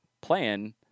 plan